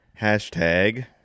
Hashtag